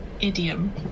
idiom